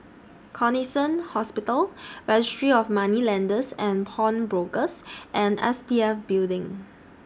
Connexion Hospital Registry of Moneylenders and Pawnbrokers and S P F Building